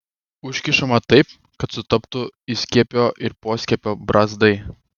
užkišama taip kad sutaptų įskiepio ir poskiepio brazdai